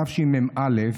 התשמ"א,